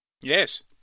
Yes